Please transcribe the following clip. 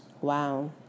Wow